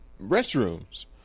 restrooms